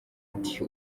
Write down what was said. ati